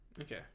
Okay